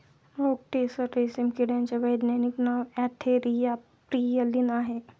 okay tasar रेशीम किड्याचे वैज्ञानिक नाव अँथेरिया प्रियलीन आहे